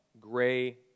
gray